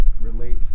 relate